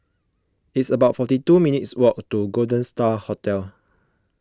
it's about forty two minutes' walk to Golden Star Hotel